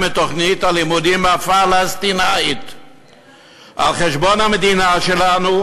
את תוכנית הלימודים הפלסטינית על חשבון המדינה שלנו